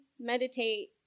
meditate